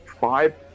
five